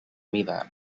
mida